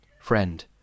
Friend